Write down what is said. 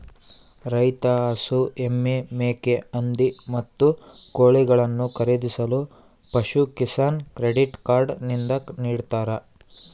ರೈತ ಹಸು, ಎಮ್ಮೆ, ಮೇಕೆ, ಹಂದಿ, ಮತ್ತು ಕೋಳಿಗಳನ್ನು ಖರೀದಿಸಲು ಪಶುಕಿಸಾನ್ ಕ್ರೆಡಿಟ್ ಕಾರ್ಡ್ ನಿಂದ ನಿಡ್ತಾರ